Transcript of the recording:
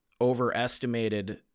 overestimated